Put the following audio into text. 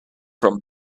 from